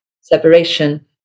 separation